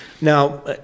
now